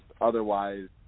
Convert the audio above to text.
otherwise